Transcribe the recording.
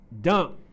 dump